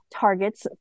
targets